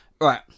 right